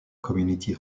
community